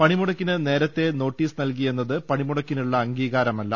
പണിമുടക്കിന് നേരത്തെ നോട്ടീസ് നൽകിയെന്നത് പണിമുടക്കിനുള്ള അംഗീകാരമല്ല